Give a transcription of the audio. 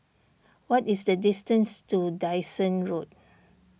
what is the distance to Dyson Road